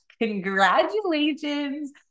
congratulations